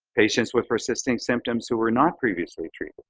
patients with persisting symptoms who were not previously treated.